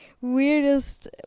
weirdest